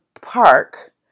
park